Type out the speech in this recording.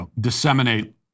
disseminate